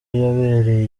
yabereye